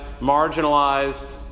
marginalized